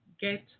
get